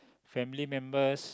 family members